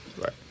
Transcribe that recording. Right